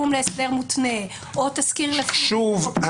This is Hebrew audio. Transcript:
מום להסדר מותנה, או תזכיר --- אני